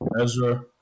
Ezra